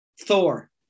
Thor